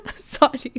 Sorry